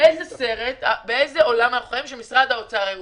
באיזה עולם משרד האוצר מאשר כל דבר,